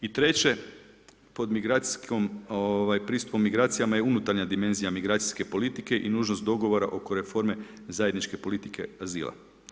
I treće, pod migracijskom, ovaj, pristupom migracijama je unutarnja dimenzija migracijske politike i nužnost dogovora oko reforme zajedničke politike azila.